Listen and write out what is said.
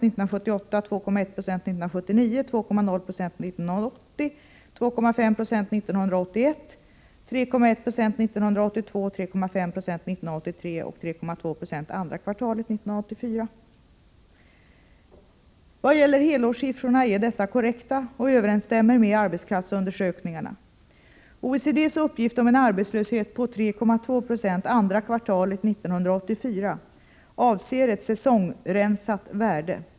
I vad gäller helårssiffrorna är dessa uppgifter korrekta och överensstämmer med arbetskraftsundersökningarna. OECD:s uppgift om en arbetslöshet på 3,2 Yo andra kvartalet 1984 avser ett säsongsrensat värde.